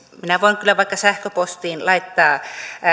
minä voin kyllä vaikka sähköpostiin laittaa